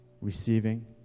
Receiving